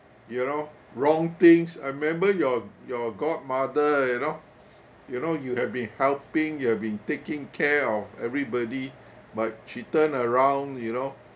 you know wrong things I remember your your godmother you know you know you have been helping you have been taking care of everybody but she turned around you know